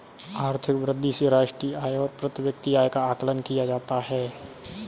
आर्थिक वृद्धि से राष्ट्रीय आय और प्रति व्यक्ति आय का आकलन किया जाता है